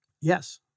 yes